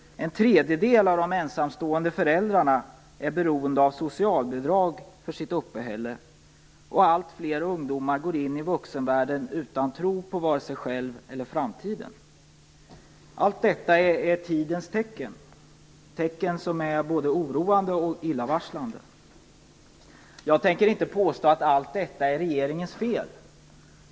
En tredjedel av de ensamstående föräldrarna är beroende av socialbidrag för sitt uppehälle. Alltfler ungdomar går in i vuxenvärlden utan tro på vare sig själva eller framtiden. Allt detta är tidens tecken - tecken som är både oroande och illavarslande. Jag tänker inte påstå att allt detta är regeringens fel.